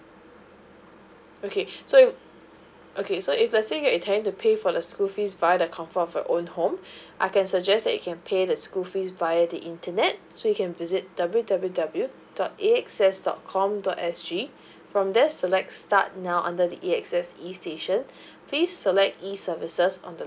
okay so okay so if let's say you're intending to pay for the school fees by the comfort of your own home I can suggest that you can pay the school fees via the internet so you can visit W W W dot A_X_S dot com dot S G from there select start now under the A_X_S E station please select E services on the